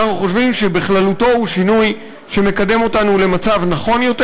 אנחנו חושבים שבכללותו הוא שינוי שמקדם אותנו למצב נכון יותר,